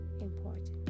important